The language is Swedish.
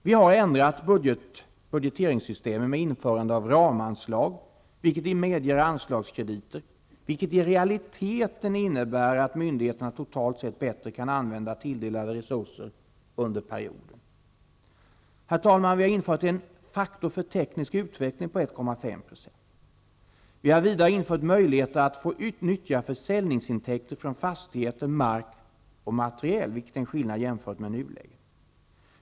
Vi har ändrat budgeteringssystemet med införande av ramanslag, vilket medger anslagskrediter och i realiteten innebär att myndigheterna totalt sett bättre kan använda tilldelade resurser under perioden. Herr talman! Vi har infört en faktor för teknisk utveckling på 1,5 %. Vi har vidare infört möjligheter att få utnyttja försäljningsintäkter från fastigheter, mark och materiel, vilket är en skillnad jämfört med nuläget.